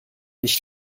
nicht